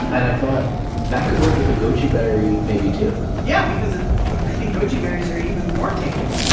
and i thought that could work with the goji berry maybe, too yeah, because i think goji berries are even more tangy